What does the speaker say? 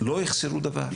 לא יחסירו דבר.